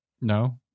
No